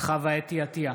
חוה אתי עטייה,